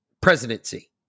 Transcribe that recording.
presidency